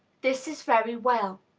this is very well.